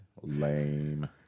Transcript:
Lame